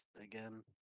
again